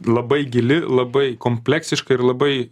labai gili labai kompleksiška ir labai